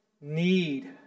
need